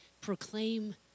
proclaim